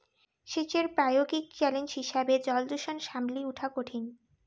সেচের প্রায়োগিক চ্যালেঞ্জ হিসেবে জলদূষণ সামলি উঠা কঠিন